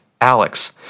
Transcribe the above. Alex